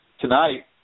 Tonight